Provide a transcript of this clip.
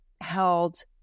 held